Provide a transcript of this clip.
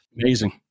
Amazing